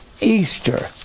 Easter